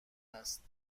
است